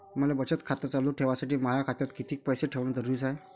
मले बचत खातं चालू ठेवासाठी माया खात्यात कितीक पैसे ठेवण जरुरीच हाय?